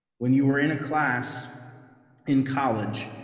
when you are in a class in college,